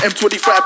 M25